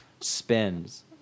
spins